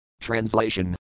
Translation